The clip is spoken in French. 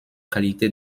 qualité